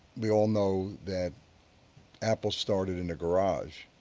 we all know that apple started in a garage.